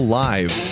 live